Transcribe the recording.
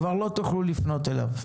כבר לא תוכלו לפנות אליו,